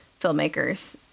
filmmakers